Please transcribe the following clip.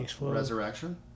resurrection